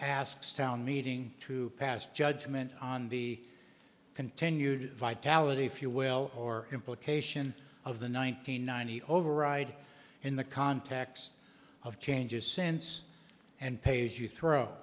asks town meeting to pass judgment on the continued vitality if you will or implication of the one nine hundred ninety override in the context of changes since and pays you throw